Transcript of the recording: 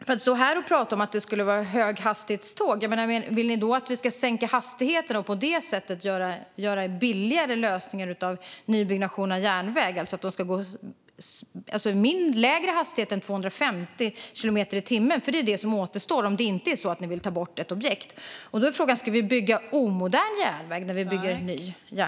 Man kan stå här och prata om höghastighetståg, men vill ni att vi ska sänka hastigheten och på det sättet göra en billigare lösning av nybyggnation av järnväg? Ska de gå i lägre hastighet än 250 kilometer i timmen? Det är vad som återstår om ni inte vill ta bort ett objekt. Ska vi bygga omodern järnväg när vi bygger ny järnväg?